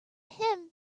him